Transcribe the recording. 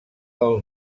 del